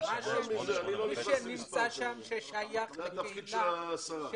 מי שנמצא שם וששייך לקהילה.